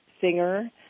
singer